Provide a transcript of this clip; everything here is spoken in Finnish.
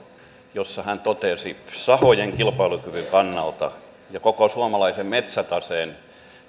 jossa hän totesi että sahojen kilpailukyvyn kannalta ja koko suomalaisen metsätaseen